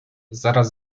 zaraz